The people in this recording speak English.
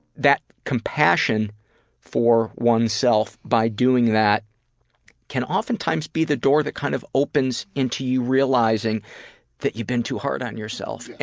that compassion for oneself by doing that can oftentimes be the door that kind of opens into you realizing that you've been too hard on yourself.